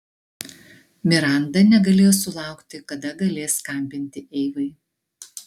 miranda negalėjo sulaukti kada galės skambinti eivai